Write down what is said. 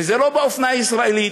וזה לא באופנה הישראלית,